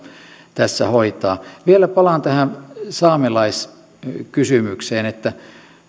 tässä hoitaa vielä palaan tähän saamelaiskysymykseen